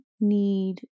need